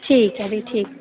ठीक ऐ फी ठीक